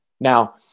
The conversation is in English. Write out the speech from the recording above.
Now